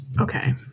Okay